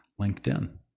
LinkedIn